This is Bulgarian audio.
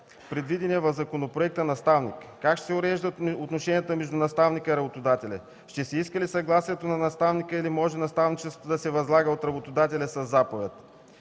предвидения в законопроекта наставник. Как ще се уреждат отношенията между наставника и работодателя? Ще се иска ли съгласието на наставника или може наставничеството да се възлага от работодателя със заповед?